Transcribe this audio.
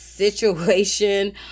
situation